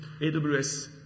AWS